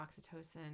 oxytocin